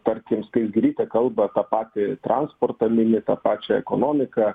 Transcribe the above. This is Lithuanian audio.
tarkim skaisgirytė kalba tą patį transportą mini tą pačią ekonomiką